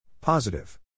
Positive